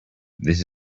this